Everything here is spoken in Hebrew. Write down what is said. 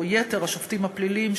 או: יתר השופטים הפליליים,